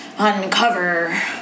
Uncover